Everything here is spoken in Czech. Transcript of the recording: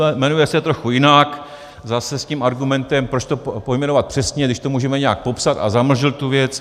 Jmenuje se trochu jinak, zase s tím argumentem, proč to pojmenovat přesně, když to můžeme nějak popsat a zamlžit tu věc.